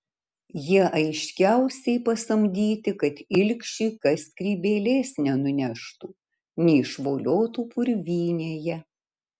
jie aiškiausiai pasamdyti kad ilgšiui kas skrybėlės nenuneštų neišvoliotų purvynėje